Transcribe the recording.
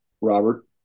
Robert